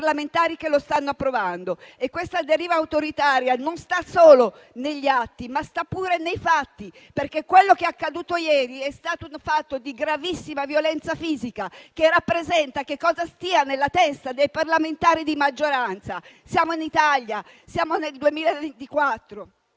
che lo stanno approvando. Questa deriva autoritaria non sta solo negli atti, ma sta pure nei fatti, perché quello che è accaduto ieri è un fatto di gravissima violenza fisica che rappresenta che cosa stia nella testa dei parlamentari di maggioranza. Siamo in Italia, siamo nel 2024,